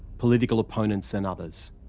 political opponents and others.